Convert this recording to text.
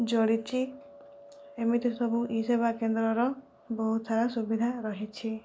ଯୋଡ଼ିଛି ଏମିତି ସବୁ ଇ ସେବା କେନ୍ଦ୍ରର ବହୁତ ସାରା ସୁବିଧା ରହିଛି